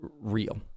real